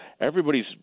everybody's